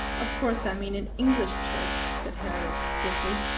of course i mean an english church, said harriet stiffly.